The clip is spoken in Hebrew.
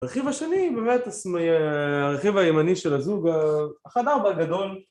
הרכיב השני הוא באמת הרכיב הימני של הזוג האחד הארבע הגדול